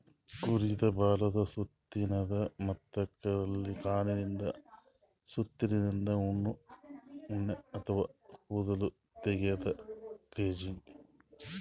ಕುರಿದ್ ಬಾಲದ್ ಸುತ್ತಿನ್ದ ಮತ್ತ್ ಕಾಲಿಂದ್ ಸುತ್ತಿನ್ದ ಉಣ್ಣಿ ಅಥವಾ ಕೂದಲ್ ತೆಗ್ಯದೆ ಕ್ರಚಿಂಗ್